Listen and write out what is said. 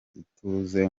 ituze